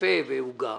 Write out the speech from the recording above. קפה ועוגה,